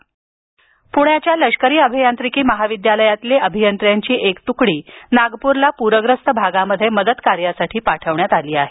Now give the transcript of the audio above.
प्ण्याच्या सैन्य अभियांत्रिकी महाविद्यालयातील अभियंत्यांची एक तुकडी नागपूरला पूरग्रस्त भागात मदत कार्यासाठी पाठवण्यात आली आहे